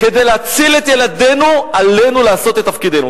כדי להציל את ילדינו עלינו לעשות את תפקידנו.